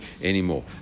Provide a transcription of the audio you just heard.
anymore